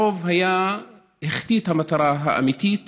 הרוב החטיא את המטרה האמיתית